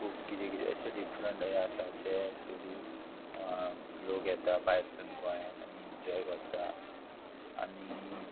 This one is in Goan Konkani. खूब किदें किदें अशें डिफरंट यें आसा जे ट्युरिस्ट लोक येता भायर सून गोंयान आनी इन्जॉय करता आनी